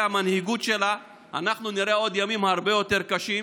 המנהיגות שלה אנחנו נראה עוד ימים הרבה יותר קשים,